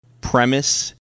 premise